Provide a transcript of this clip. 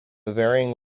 varying